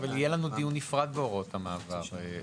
יהיה לנו דיון נפרד בהוראות המעבר.